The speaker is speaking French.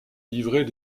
livrets